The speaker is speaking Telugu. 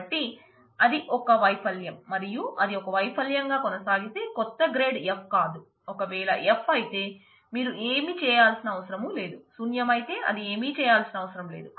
కాబట్టి అది ఒక వైఫల్యం మరియు అది ఒక వైఫల్యం గా కొనసాగితే కొత్త గ్రేడ్ f కాదు ఒకవేళ f అయితే మీరు ఏమి చేయాల్సిన అవసరం లేదు శూన్యమైతే అది ఏమీ చేయాల్సిన అవసరం లేదు